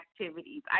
activities